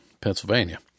Pennsylvania